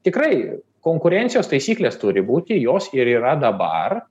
tikrai konkurencijos taisyklės turi būti jos ir yra dabar